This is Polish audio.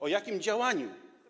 O jakim działaniu?